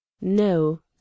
no